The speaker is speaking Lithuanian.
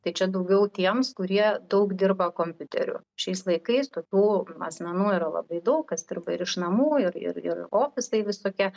tai čia daugiau tiems kurie daug dirba kompiuteriu šiais laikais tokių asmenų yra labai daug kas dirba ir iš namų ir ir ir ofisai visokie